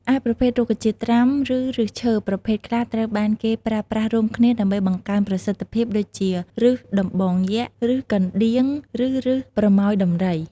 ឯប្រភេទរុក្ខជាតិត្រាំ ឬឫសឈើប្រភេទខ្លះត្រូវបានគេប្រើប្រាស់រួមគ្នាដើម្បីបង្កើនប្រសិទ្ធភាព ដូចជា ឫសដំបងយក្ស ឫសកណ្ដៀង និងឫសប្រមោយដំរី។